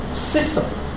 system